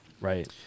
right